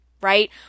right